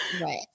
Right